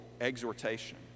exhortation